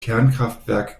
kernkraftwerk